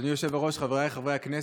אדוני היושב-ראש, חבריי חברי הכנסת,